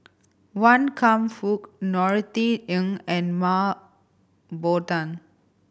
Wan Kam Fook Norothy Ng and Mah Bow Tan